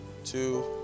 two